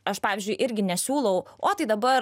aš pavyzdžiui irgi nesiūlau o tai dabar